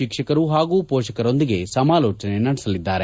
ಶಿಕ್ಷಕರು ಹಾಗೂ ಪೋಷಕರೊಂದಿಗೆ ಸಮಾಲೋಚನೆ ನಡೆಸಲಿದ್ದಾರೆ